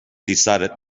decided